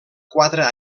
quatre